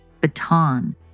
baton